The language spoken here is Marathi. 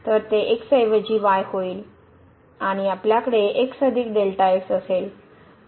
तर ते x ऐवजी y होईल आणि आपल्याकडे असेल